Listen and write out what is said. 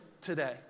today